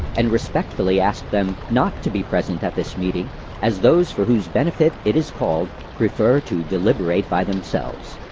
and respectfully ask them not to be present at this meeting as those for whose benefit it is called prefer to deliberate by themselves.